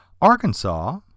Arkansas